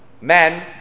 Men